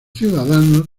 ciudadanos